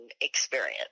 experience